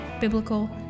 biblical